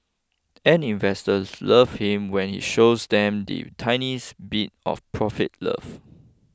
and investors love him when he shows them the tiniest bit of profit love